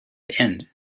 end